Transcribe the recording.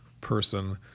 person